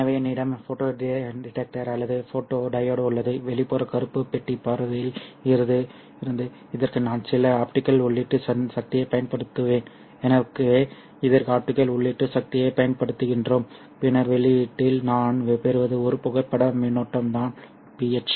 எனவே என்னிடம் photo detector அல்லது ஃபோட்டோ டையோடு உள்ளது வெளிப்புற கருப்பு பெட்டி பார்வையில் இருந்து சரி இதற்கு நான் சில ஆப்டிகல் உள்ளீட்டு சக்தியைப் பயன்படுத்துவேன் எனவே இதற்கு ஆப்டிகல் உள்ளீட்டு சக்தியைப் பயன்படுத்துகிறோம் பின்னர் வெளியீட்டில் நான் பெறுவது ஒரு புகைப்பட மின்னோட்டம் நான் ph